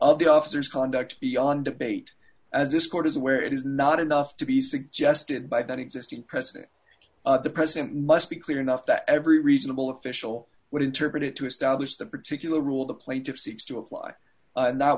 of the officers conduct beyond debate as this court is where it is not enough to be suggested by that existing precedent the president must be clear enough that every reasonable official would interpret it to establish the particular rule the plaintiff seeks to apply and that